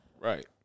Right